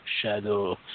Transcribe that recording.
shadow